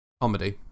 Comedy